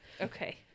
Okay